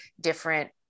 different